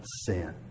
sin